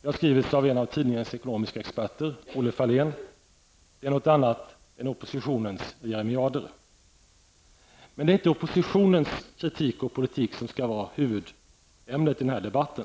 Det har skrivits av en av tidningens ekonomiska experter, Olle Fahlén. Det är något annat än oppositionens jeremiader. Men det är inte oppsitionens kritik och politik som ska vara huvudämnet i denna debatt.